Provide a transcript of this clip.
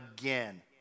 again